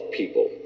people